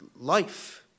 life